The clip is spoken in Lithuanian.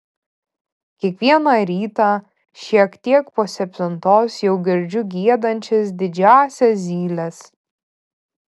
kiekvieną ryta šiek tiek po septintos jau girdžiu giedančias didžiąsias zyles